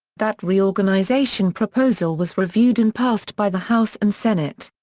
that reorganization proposal was reviewed and passed by the house and senate.